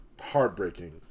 Heartbreaking